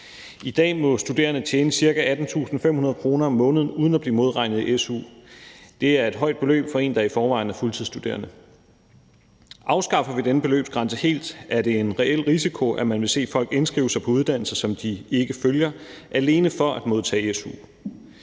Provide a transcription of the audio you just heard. I dag må studerende tjene ca. 18.500 kr. om måneden uden at blive modregnet i su. Det er et højt beløb for en, der i forvejen er fuldtidsstuderende. Afskaffer vi denne beløbsgrænse helt, er det en reel risiko, at man vil se folk indskrive sig på uddannelser, som de ikke følger, alene for at modtage su.